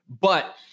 But-